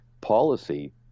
policy